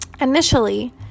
initially